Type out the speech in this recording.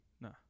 no